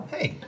Hey